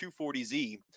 240Z